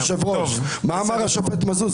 היושב-ראש, מה אמר השופט מזוז?